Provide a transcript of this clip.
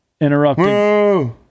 Interrupting